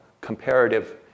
comparative